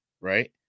right